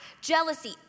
jealousy